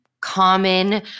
common